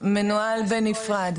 מנוהל בנפרד.